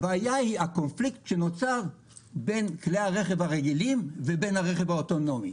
הבעיה היא הקונפליקט שנוצר בין כלי הרכב הרגילים לבין הרכב האוטונומי.